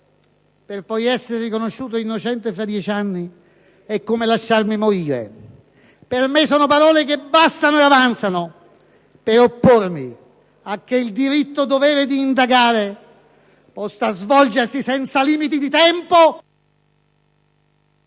per poi essere riconosciuto innocente tra dieci anni è come lasciarmi morire». Sono parole che bastano e avanzano per oppormi a che il diritto-dovere di indagare possa svolgersi senza limiti di tempo